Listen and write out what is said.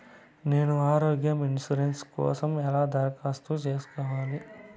నేను ఆరోగ్య ఇన్సూరెన్సు కోసం ఎలా దరఖాస్తు సేసుకోవాలి